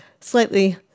slightly